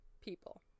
people